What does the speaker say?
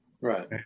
right